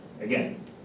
Again